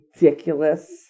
ridiculous